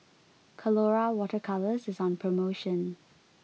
Colora water colours is on promotion